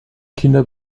kinder